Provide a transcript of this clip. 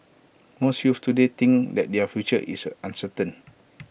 most youths today think that their future is uncertain